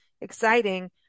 exciting